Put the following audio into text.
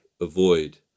avoid